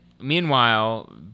meanwhile